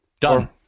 Done